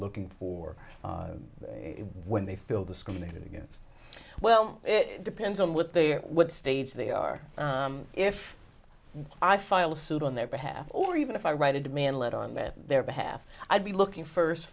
looking for when they feel discriminated against well it depends on what they what stage they are if i file a suit on their behalf or even if i write a demand letter on man their behalf i'd be looking first